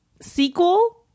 sequel